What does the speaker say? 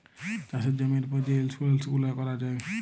চাষের জমির উপর যে ইলসুরেলস গুলা ক্যরা যায়